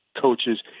coaches